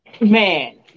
Man